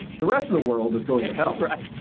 the rest of the world is going to help. right.